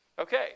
Okay